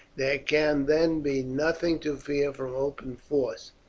there can then be nothing to fear from open force.